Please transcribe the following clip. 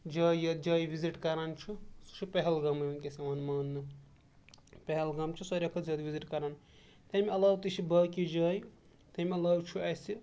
جاے یَتھ جایہِ وِزِٹ کَران چھُ سُہ چھِ پہلگامٕے وٕنکیٚس یِوان ماننہٕ پہلگام چھُ ساروِی کھۄتہٕ زیاد وِزِٹ کَران تَمہِ علاوٕ تہِ چھِ باقٕے جایہِ تَمہِ علاوٕ چھُ اَسہِ